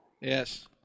Yes